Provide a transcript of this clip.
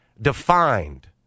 defined